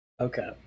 Okay